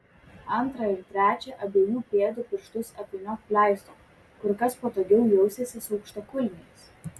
antrą ir trečią abiejų pėdų pirštus apvyniok pleistru kur kas patogiau jausiesi su aukštakulniais